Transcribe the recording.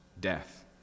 death